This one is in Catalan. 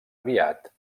aviat